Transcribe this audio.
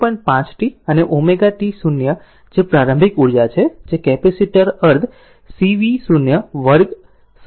5 t અને ωτ C0જે પ્રારંભિક ઉર્જા છે જે કેપેસિટર અર્ધ C V0 વર્ગ સંગ્રહિત છે